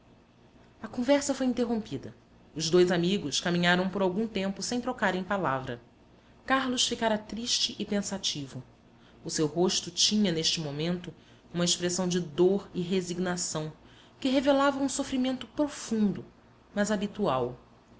a conversa foi interrompida os dois amigos caminharam por algum tempo sem trocarem palavra carlos ficara triste e pensativo o seu rosto tinha neste momento uma expressão de dor e resignação que revelava um sofrimento profundo mas habitual